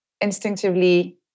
instinctively